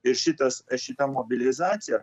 ir šitas šita mobilizacija